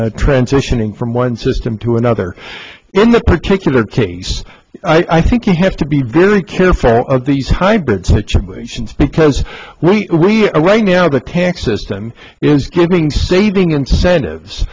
in transitioning from one system to another in the particular case i think you have to be very careful of these hybrid situations because we are right now the tax system is giving saving incentives